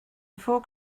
before